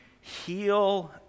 heal